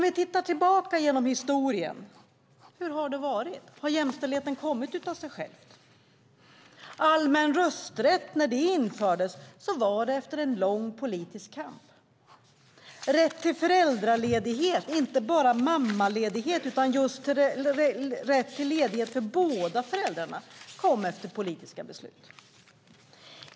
Vi kan se tillbaka på hur det har varit genom historien. Har jämställdheten kommit av sig själv? När allmän rösträtt infördes var det efter en lång politisk kamp. Rätten till föräldraledighet, inte bara mammaledighet utan rätt till ledighet för båda föräldrarna, kom efter politiska beslut.